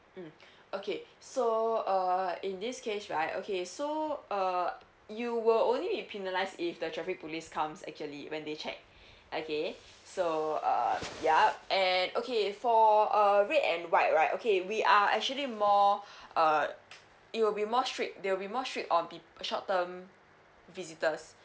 mm okay so err in this case right okay so uh you will only be penalised if the traffic police comes actually when they check okay so um yup and okay for uh red and white right okay we are actually more uh it will be more strict they will be more strict on be short term visitors